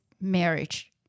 marriage